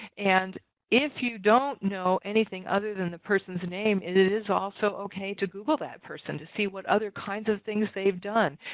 and if you don't know anything other than the person's name it is also ok to google that person to see what other kinds of things they've done.